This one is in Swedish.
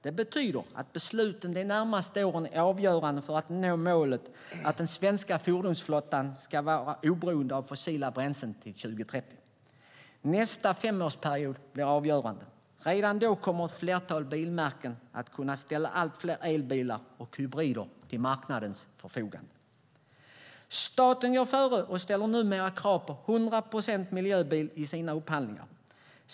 Det betyder att besluten de närmaste åren är avgörande för att nå målet att den svenska fordonsflottan ska vara oberoende av fossila bränslen till 2030. Nästa femårsperiod blir avgörande. Redan då kommer ett flertal bilmärken att kunna ställa allt fler elbilar och hybrider till marknadens förfogande. Staten går före och ställer numera krav på 100 procent miljöbil i sina upphandlingar.